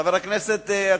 חבר הכנסת אקוניס,